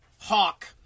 Hawk